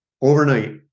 overnight